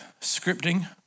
scripting